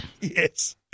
Yes